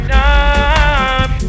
up